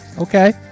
Okay